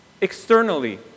externally